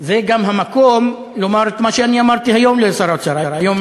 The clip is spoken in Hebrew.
זה גם המקום לומר את מה שאני אמרתי היום לשר האוצר.